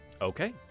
Okay